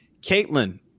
Caitlin